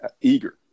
eager